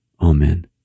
Amen